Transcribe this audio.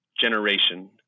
generation